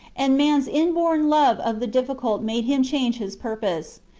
and man's inborn love of the difficult made him change his purpose.